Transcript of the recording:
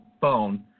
phone